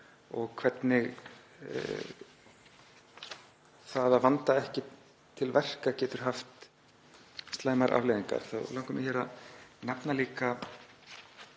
og hvernig það að vanda ekki til verka getur haft slæmar afleiðingar, þá langar mig að nefna